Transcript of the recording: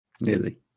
Nearly